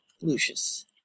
Lucius